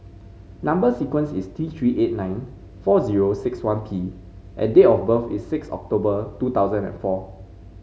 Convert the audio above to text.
number sequence is T Three eight nine four zero six one P and date of birth is six October two thousand and four